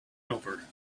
helper